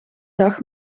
dag